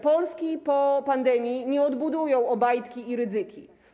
Polski po pandemii nie odbudują Obajtki i Rydzyki.